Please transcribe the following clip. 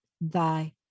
thy